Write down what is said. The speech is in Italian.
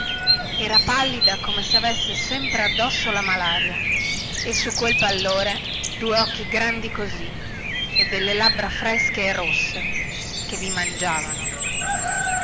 era pallida come se avesse sempre addosso la malaria e su quel pallore due occhi grandi così e delle labbra fresche e rosse che vi mangiavano